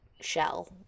shell